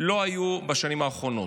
שלא היו בשנים האחרונות.